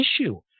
issue